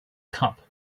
cup